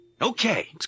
Okay